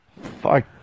Fuck